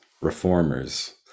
reformers